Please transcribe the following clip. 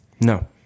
no